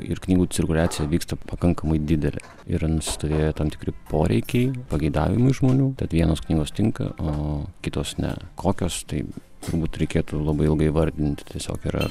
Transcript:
ir knygų cirkuliacija vyksta pakankamai didelė yra nusistovėję tam tikri poreikiai pageidavimai žmonių tad vienos knygos tinka o kitos ne kokios tai turbūt reikėtų labai ilgai vardinti tiesiog yra